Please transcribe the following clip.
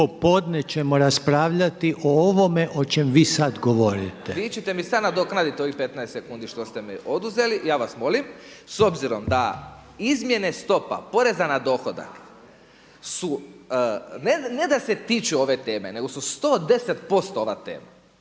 popodne ćemo raspravljati o ovome o čem vi sada govorite. **Klarin, Ivan (SDP)** Vi ćete mi sada nadoknaditi ovih 15 sekundi što ste mi oduzeli, ja vas molim, s obzirom da izmjene stopa poreza na dohodak su ne da se tiču ove teme nego su 110% ova tema.